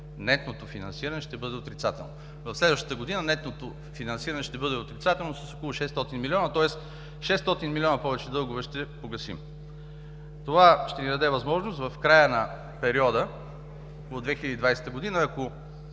нетното финансиране ще бъде отрицателно. В следващата година нетното финансиране ще бъде отрицателно с около 600 милиона, тоест 600 милиона повече дългове ще погасим. Това ще ни даде възможност в края на периода, около 2020 г., ако